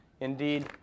indeed